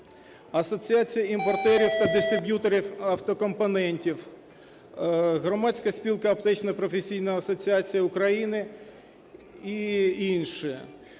Асоціація імпортерів та дистриб'юторів автокомпонентів, Громадська спілка "Аптечна професійна асоціація України" і інші.